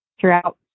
throughout